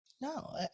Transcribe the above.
No